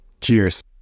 Cheers